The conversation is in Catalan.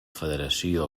federació